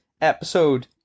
episode